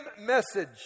message